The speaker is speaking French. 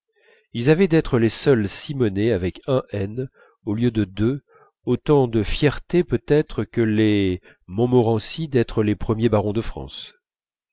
ils avaient l'air d'être les seuls simonet avec un n au lieu de deux avec autant de fierté peut-être que les montmorency d'être les premiers barons de france